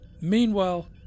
Meanwhile